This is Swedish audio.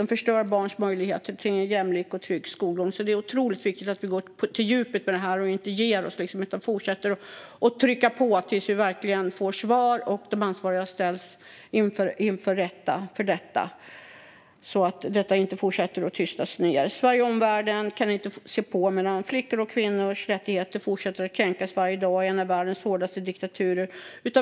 De förstör barns möjligheter till jämlik och trygg skolgång. Det är alltså otroligt viktigt att vi går på djupet med detta och inte ger oss. Vi måste fortsätta trycka på tills vi verkligen får svar och de ansvariga ställs inför rätta, så att detta inte fortsätter och tystas ned. Sverige och omvärlden kan inte se på medan flickors och kvinnors rättigheter fortsätter att kränkas varje dag i en av världens hårdaste diktaturer.